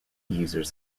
users